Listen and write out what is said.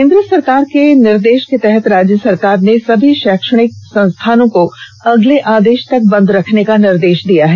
केन्द्र सरकार के निर्देश के आलोक में राज्य सरकार ने सभी शैक्षणिक संस्थानों को अगले आदेश तक बंद रखने का निर्देश दिया है